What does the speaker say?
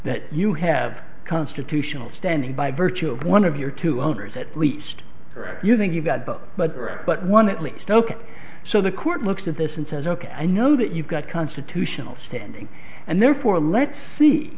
that you have a constitutional standing by virtue of one of your two owners at least you think you've got both but but one at least ok so the court looks at this and says ok i know that you've got constitutional standing and therefore let's see